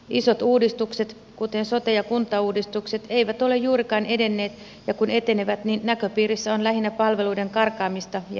isot uudistukset kuten sote ja kuntauudistukset eivät ole juurikaan edenneet ja kun etenevät niin näköpiirissä on lähinnä palveluiden karkaamista ja heikkenemistä